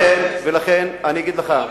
ולכן, אני אגיד לך,